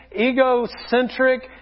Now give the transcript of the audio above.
egocentric